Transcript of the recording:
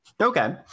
Okay